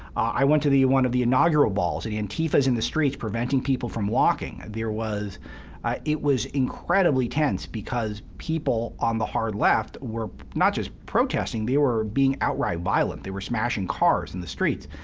i went to one of the inaugural balls, and antifa is in the streets preventing people from walking. there was it was incredibly tense because people on the hard left were not just protesting, they were being outright violent. they were smashing cars in the streets.